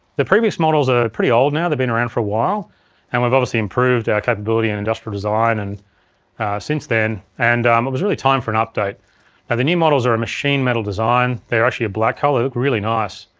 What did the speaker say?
the previous models are pretty old now, they've been around for a while and we've obviously improved our capability and industrial design and since then, and um it was really time for an update. now and the new models are a machined metal design, they're actually a black color. they look really nice.